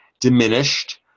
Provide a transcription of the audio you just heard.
diminished